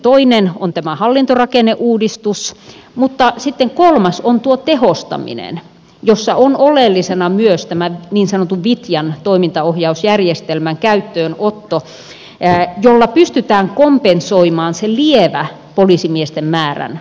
toinen on tämä hallintorakenneuudistus mutta sitten kolmas on tuo tehostaminen jossa on oleellisena myös tämän niin sanotun vitjan toimintaohjausjärjestelmän käyttöönotto jolla pystytään kompensoimaan se lievä poliisimiesten määrän alentuminen